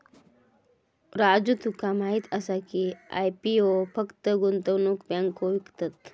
राजू तुका माहीत आसा की, आय.पी.ओ फक्त गुंतवणूक बँको विकतत?